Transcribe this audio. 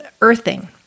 earthing